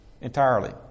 Entirely